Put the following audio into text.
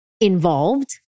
involved